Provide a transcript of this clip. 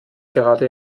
gerade